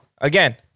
Again